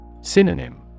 Synonym